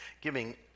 Giving